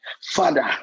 father